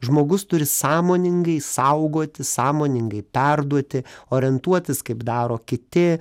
žmogus turi sąmoningai saugoti sąmoningai perduoti orientuotis kaip daro kiti